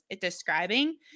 describing